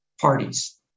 parties